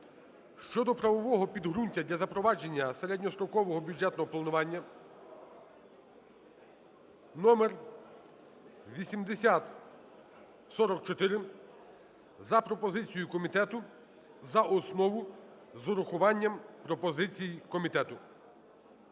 (щодо правового підґрунтя для запровадження середньострокового бюджетного планування) (номер 8044) за пропозицією комітету за основу з урахуванням пропозицій комітету.